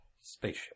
Spaceship